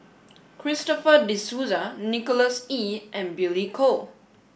Christopher De Souza Nicholas Ee and Billy Koh